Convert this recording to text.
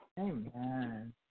Amen